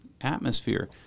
atmosphere